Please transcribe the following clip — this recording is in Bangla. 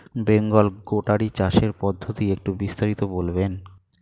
বেঙ্গল গোটারি চাষের পদ্ধতি একটু বিস্তারিত বলবেন?